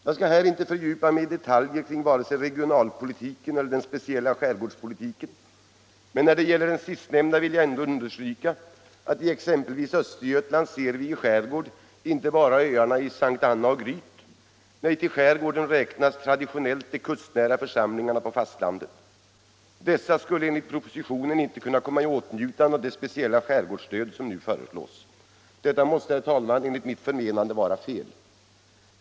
Jag skall här inte fördjupa mig i detaljer kring vare sig regionalpolitiken eller den speciella skärgårdspolitiken, men när det gäller den sistnämnda vill jag ändå understryka att i exempelvis Östergötland ser vi i vår skärgård inte bara öarna i Sankt Anna och Gryt, nej, till skärgården räknas traditionellt de kustnära församlingarna på fastlandet. Dessa skulle enligt propositionen inte kunna komma i åtnjutande av det speciella skärgårdsstöd som nu föreslås. Detta, herr talman, måste enligt mitt förmenande vara fel.